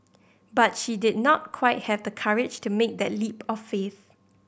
but she did not quite have the courage to make that leap of faith